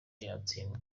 yatsindwa